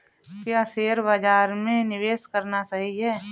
क्या शेयर बाज़ार में निवेश करना सही है?